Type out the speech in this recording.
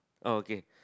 oh okay